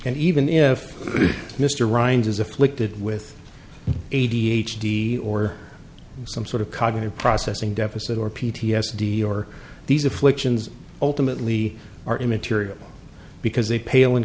and even if mr ryan's is afflicted with a d h d or some sort of cognitive processing deficit or p t s d or these afflictions ultimately are immaterial because they pale in